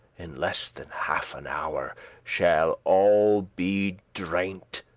in less than half an hour shall all be dreint,